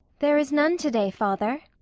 there is none to-day, father.